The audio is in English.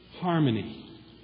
harmony